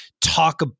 talk